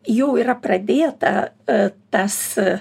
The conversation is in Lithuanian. jau yra pradėta tas